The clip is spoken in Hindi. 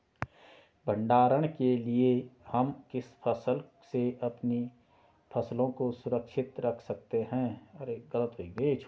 भंडारण के लिए हम किस प्रकार से अपनी फसलों को सुरक्षित रख सकते हैं?